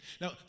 Now